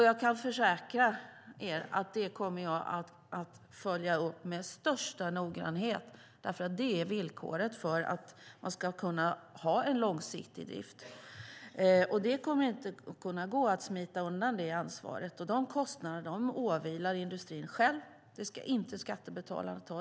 Jag kan försäkra er om att jag kommer att följa upp detta med största noggrannhet, för det är villkoret för att man ska kunna ha en långsiktig drift. Det kommer inte att kunna gå att smita undan det ansvaret, och dessa kostnader åvilar industrin själv. Dem ska inte skattebetalarna ta.